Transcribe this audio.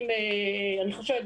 אני חושבת,